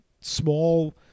small